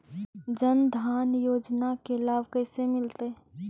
जन धान योजना के लाभ कैसे मिलतै?